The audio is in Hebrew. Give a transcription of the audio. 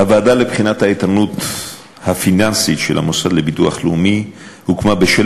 הוועדה לבחינת האיתנות הפיננסית של המוסד לביטוח לאומי הוקמה בשל